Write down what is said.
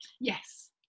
Yes